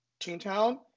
Toontown